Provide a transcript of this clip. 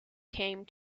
came